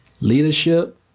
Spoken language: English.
leadership